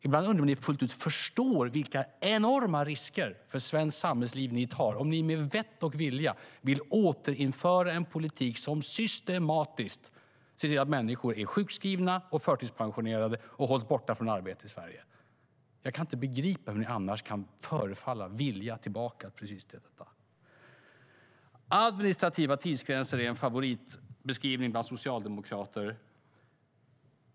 Ibland undrar jag om ni fullt ut förstår vilka enorma risker ni tar för svenskt samhällsliv om ni med vett och vilja vill återinföra en politik som systematiskt ser till att människor är sjukskrivna och förtidspensionerade och hålls borta från arbete i Sverige. Jag kan inte begripa hur ni annars kan förefalla vilja tillbaka till detta. "Administrativa tidsgränser" är en favoritbeskrivning bland socialdemokrater.